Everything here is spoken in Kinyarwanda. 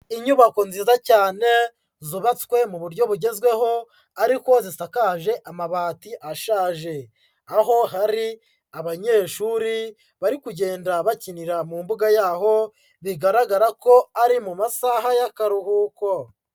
Inyubako nziza cyane zubatswe mu buryo bugezweho, ariko zisakaje amabati ashaje, aho hari abanyeshuri bari kugenda bakinira mu mbuga yaho, bigaragara ko ari mu masaha y'akaruhuko.